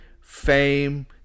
fame